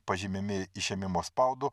pažymimi išėmimo spaudu